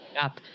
up